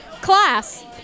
Class